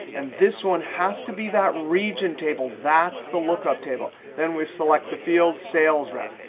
and this one has to be that region table. that's the lookup table. then we select the field sales rep.